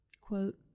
Quote